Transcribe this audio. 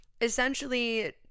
essentially